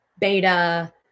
beta